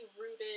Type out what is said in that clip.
rooted